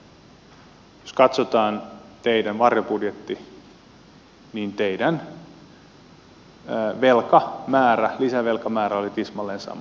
jos katsotaan teidän varjobudjettianne niin teidän lisävelkamääränne oli tismalleen sama